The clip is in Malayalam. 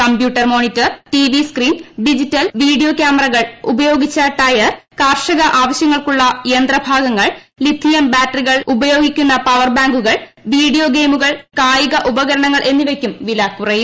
computer monitor TV screen digital video കൃാമറകൾ ഉപയോഗിച്ച ടയർ കാർഷിക ആവശ്യങ്ങൾക്കുള്ള യന്ത്രഭാഗങ്ങൾ ലിഥിയം ബാറ്ററികൾ ഉപയോഗിക്കുന്ന പവർ ബാങ്കുകൾ വീഡിയോ ഗെയിമുകൾ കായിക ഉപകരണങ്ങൾ എന്നിവക്കും വില കുറയും